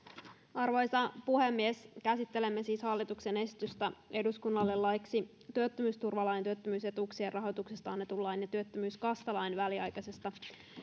arvoisa puhemies käsittelemme siis hallituksen esitystä eduskunnalle laiksi työttömyysturvalain työttömyysetuuksien rahoituksesta annetun lain ja työttömyyskassalain väliaikaisesta